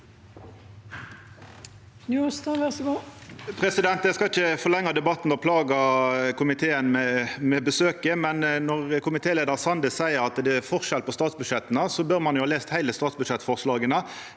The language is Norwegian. Eg skal ikkje forlengja debatten og plaga komiteen med besøket, men når komitéleiar Sande seier at det er forskjell på statsbudsjetta, bør ein jo ha lese alle statsbudsjettforslaga.